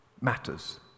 matters